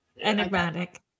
enigmatic